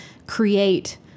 Create